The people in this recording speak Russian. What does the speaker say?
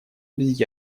без